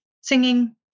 singing